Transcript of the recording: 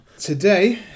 Today